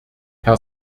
herr